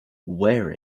wear